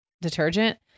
detergent